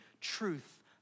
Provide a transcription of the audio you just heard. truth